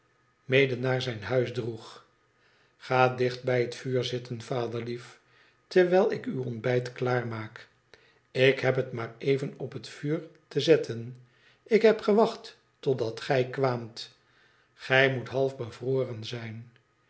mede naar zijn hnis droeg ga dicht bij het vuur zitten vader lief terwijl ik uw ontbijt klaarmaak ik heb het maar even op het vuur te zetten ik heb gewacht totdat gij kwaamt gij moet halfbevroren zijn